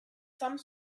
some